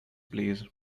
please